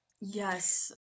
Yes